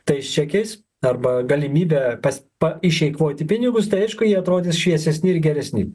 tais čekiais arba galimybe pas išeikvoti pinigus tai aišku jie atrodys šviesesni ir geresni